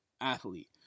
athlete